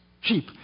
sheep